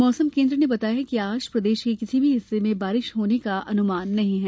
मौसम केन्द्र ने बताया कि आज प्रदेश के किसी भी हिस्से में अच्छी बारिश होने का अनुमान नहीं है